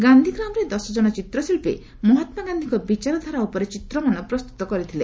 ଗାନ୍ଧୀଗ୍ରାମରେ ଦଶକଣ ଚିତ୍ରଶିଳ୍ପୀ ମହାତ୍ମାଗାନ୍ଧୀଙ୍କ ବିଚାରଧାରା ଉପରେ ଚିତ୍ରମାନ ପ୍ରସ୍ତୁତ କରିଥିଲେ